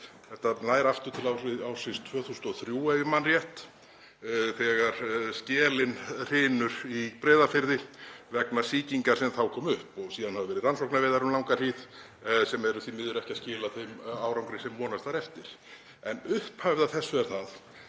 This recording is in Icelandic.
þetta nær aftur til ársins 2003, ef ég man rétt, þegar skelin hrynur í Breiðafirði vegna sýkingar sem þá kom upp. Síðan hafa verið rannsóknaveiðar um langa hríð sem hafa því miður ekki skilað þeim árangri sem vonast var eftir. En upphafið að þessu er það